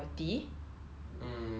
mm no